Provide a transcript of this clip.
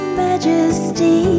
majesty